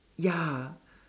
ya